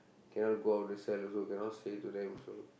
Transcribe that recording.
cannot go out of the cell also cannot say to them also